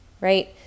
right